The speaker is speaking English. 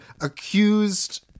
accused